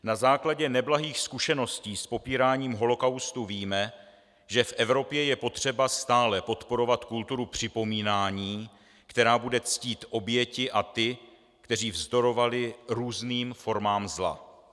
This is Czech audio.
Na základě neblahých zkušeností s popíráním holocaustu víme, že v Evropě je potřeba stále podporovat kulturu připomínání, která bude ctít oběti a ty, kteří vzdorovali různým formám zla.